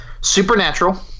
Supernatural